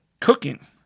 cooking